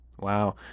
Wow